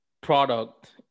product